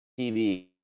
TV